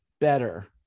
better